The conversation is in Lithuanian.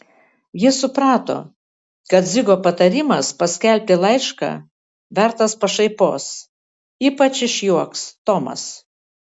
jis suprato kad dzigo patarimas paskelbti laišką vertas pašaipos ypač išjuoks tomas